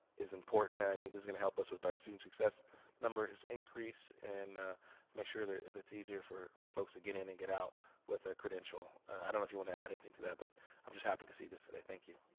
is important. and i think this is gonna help us with our student success number, its increase. and make sure it's easier for for folks to get in and get out with a credential. i don't know if you want to add anything to that, but i'm just happy to see this today, thank you.